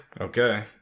Okay